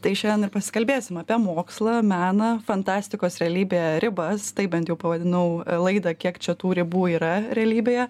tai šiandien ir pasikalbėsim apie mokslą meną fantastikos realybę ribas tai bent jau pavadinau laidą kiek čia tų ribų yra realybėje